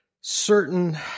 certain